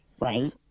right